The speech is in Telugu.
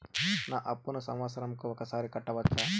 నా అప్పును సంవత్సరంకు ఒకసారి కట్టవచ్చా?